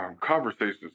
conversations